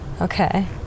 Okay